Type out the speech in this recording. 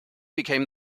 became